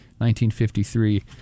1953